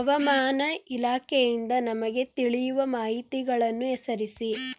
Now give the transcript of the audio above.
ಹವಾಮಾನ ಇಲಾಖೆಯಿಂದ ನಮಗೆ ತಿಳಿಯುವ ಮಾಹಿತಿಗಳನ್ನು ಹೆಸರಿಸಿ?